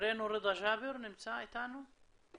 חברנו רידא ג'אבר נמצא איתנו?